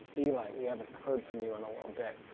eli, we haven't heard from you in a little bit.